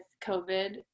COVID